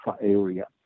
area